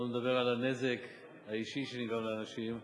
שלא לדבר על הנזק האישי שנגרם לאנשים,